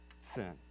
sin